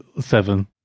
Seven